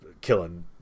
killing